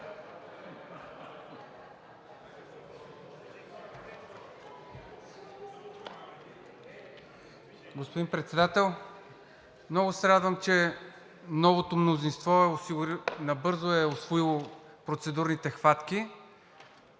Господин Председател, много се радвам, че новото мнозинство набързо е усвоило процедурните хватки.